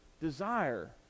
desire